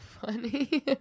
funny